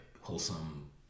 wholesome